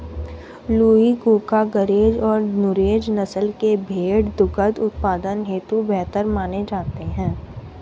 लूही, कूका, गरेज और नुरेज नस्ल के भेंड़ दुग्ध उत्पादन हेतु बेहतर माने जाते हैं